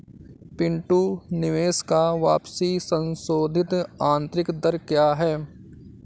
पिंटू निवेश का वापसी संशोधित आंतरिक दर क्या है?